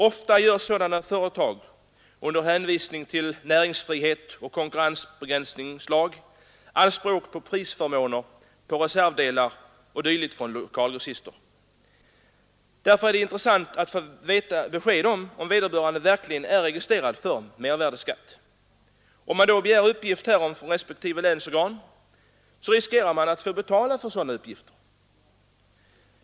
Ofta gör ifrågavarande företag under hänvisning till näringsfrihet och konkurrensbegränsningslag anspråk på prisförmåner för reservdelar o. d. från lokalgrossister. Därför är det intressant att få besked om huruvida vederbörande verkligen är registrerade för mervärdeskatt. Om man då begär uppgift härom från respektive länsorgan, riskerar man emellertid att få betala för sådana uppgifter.